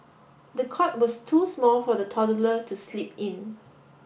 the cot was too small for the toddler to sleep in